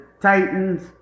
Titans